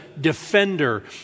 defender